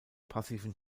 passiven